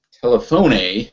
telephone